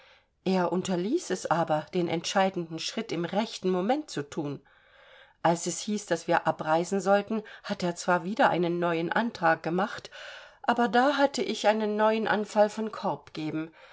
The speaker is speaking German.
er unterließ es aber den entscheidenden schritt im rechten moment zu thun als es hieß daß wir abreisen sollten hat er zwar wieder einen neuen antrag gemacht aber da hatte ich einen neuen anfall von korbgeben